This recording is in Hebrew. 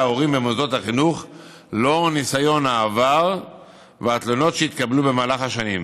ההורים במוסדות החינוך לאור ניסיון העבר והתלונות שהתקבלו במהלך השנים,